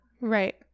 Right